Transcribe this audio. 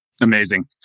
Amazing